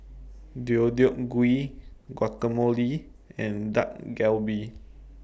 Deodeok Gui Guacamole and Dak Galbi